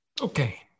Okay